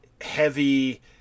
heavy